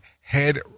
head